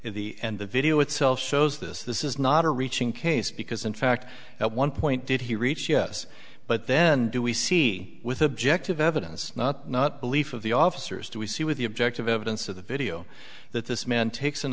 the and the video itself shows this this is not a reaching case because in fact at one point did he reach yes but then do we see with objective evidence not not belief of the officers do we see with the objective evidence of the video that this man takes an